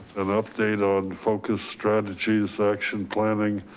and update on focus strategies, action planning,